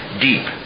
deep